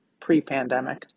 pre-pandemic